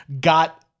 got